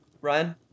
Ryan